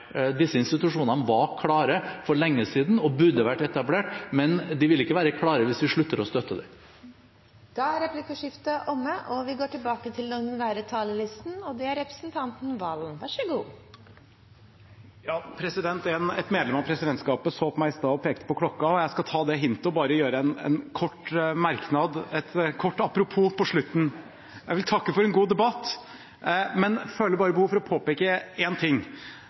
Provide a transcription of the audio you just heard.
Disse institusjonene var klare for lenge siden og burde vært etablert. Men de vil ikke være klare hvis vi slutter å støtte dem. Replikkordskiftet er omme. De talerne som heretter får ordet, har en taletid på inntil 3 minutter. Et medlem av presidentskapet så på meg i stad og pekte på klokka. Jeg skal ta det hintet og bare komme med et kort apropos på slutten. Jeg vil takke for en god debatt, men føler behov for å påpeke en ting.